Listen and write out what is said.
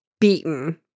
beaten